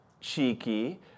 cheeky